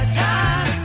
time